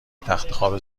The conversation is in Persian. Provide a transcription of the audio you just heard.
تختخواب